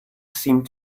seemed